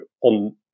on